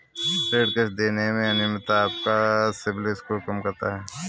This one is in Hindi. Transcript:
ऋण किश्त देने में अनियमितता आपका सिबिल स्कोर कम करता है